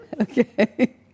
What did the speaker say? Okay